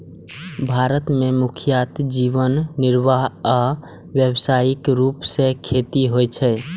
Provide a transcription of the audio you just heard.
भारत मे मुख्यतः जीवन निर्वाह आ व्यावसायिक रूप सं खेती होइ छै